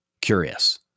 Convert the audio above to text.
curious